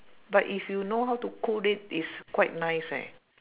but if you know how to cook it it's quite nice eh